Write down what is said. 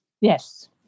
Yes